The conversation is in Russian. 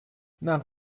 нам